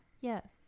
Yes